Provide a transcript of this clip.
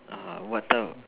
err what type of